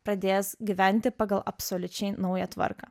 pradės gyventi pagal absoliučiai naują tvarką